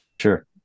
sure